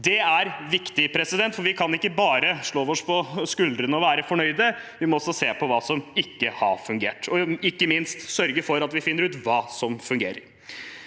Det er viktig, for vi kan ikke bare klappe oss selv på skuldrene og være fornøyde, vi må også se på hva som ikke har fungert, og ikke minst sørge for at vi finner ut hva som fungerer.